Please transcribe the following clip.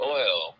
oil